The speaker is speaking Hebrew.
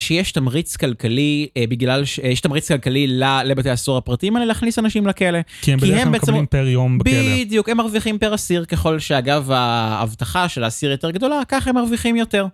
שיש תמריץ כלכלי בגלל שיש תמריץ כלכלי לבתי הסוהר הפרטיים האלה להכניס אנשים לכאלה כי הם בדרך כלל מקבלים פר יום בדיוק הם מרוויחים פר אסיר ככל שאגב האבטחה של האסיר יותר גדולה ככה הם מרוויחים יותר.